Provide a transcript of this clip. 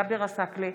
סמי אבו שחאדה,